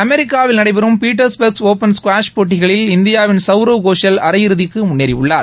அமெரிக்காவில் நடைபெறும் Petersburg open squash போட்டிகளில் இந்தியாவின் சவ்ரவ் கோஷல் அரையிறுதிக்கு முன்னேறியுள்ளார்